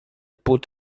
put